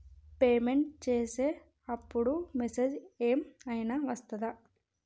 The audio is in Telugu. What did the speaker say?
పేమెంట్ చేసే అప్పుడు మెసేజ్ ఏం ఐనా వస్తదా?